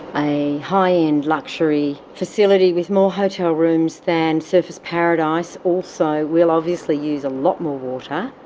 a high-end luxury facility with more hotel rooms than surfers paradise also will obviously use a lot more water.